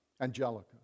Angelica